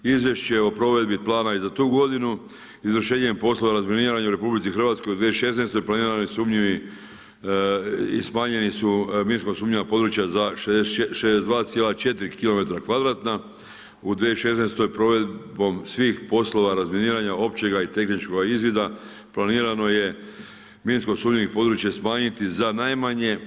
Izvješće o provedbi plana i za tu godinu, izvršenjem poslova razminiranja u RH u 2016. planirano je i smanjena su minsko sumnjiva područja za 62,4 kilometra kvadratna, u 2016. provedbom svim poslova razminiranja općega i tehničkoga izvida planirano je minsko sumnjivih područja smanjiti za najmanje